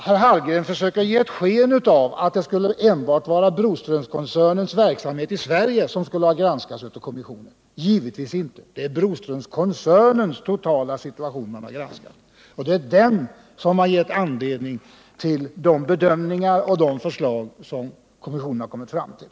Karl Hallgren försöker ge sken av att enbart Broströmskoncernens verksamhet i Sverige skulle ha granskats av kommissionen. Givetvis inte. Det är Broströmskoncernens totala verksamhet som har granskats. Det är den som har givit anledning till de bedömningar och förslag som kommissionen har kommit fram till.